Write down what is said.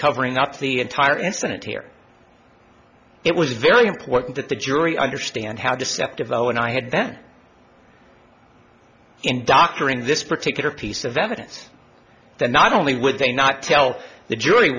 covering up the entire incident here it was very important that the jury understand how deceptive though and i had then in doctoring this particular piece of evidence that not only would they not tell the jury